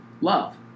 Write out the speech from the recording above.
love